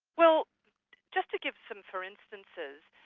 well just to give some for instances,